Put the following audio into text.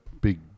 big